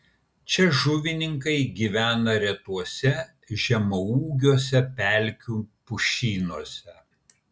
čia žuvininkai gyvena retuose žemaūgiuose pelkių pušynuose